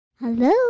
Hello